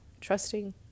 trusting